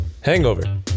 Hangover